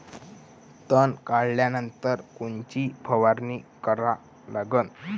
तन काढल्यानंतर कोनची फवारणी करा लागन?